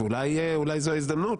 לענות,